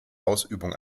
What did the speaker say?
ausübung